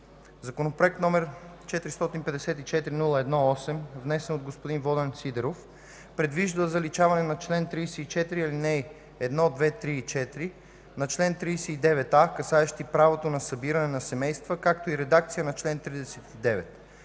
Законопроект № 454-01-8, внесен от господин Волен Сидеров, предвижда заличаване на чл. 34 и алинеи 1, 2, 3 и 4 на чл. 39а, касаещи правото на събиране на семейства, както и редакция на чл. 39,